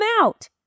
out